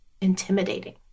intimidating